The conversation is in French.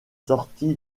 sorti